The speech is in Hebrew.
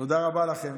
תודה רבה לכם,